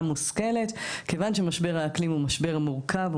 מושכלת בגלל שמשבר האקלים הוא משבר מורכב,